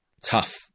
tough